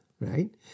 right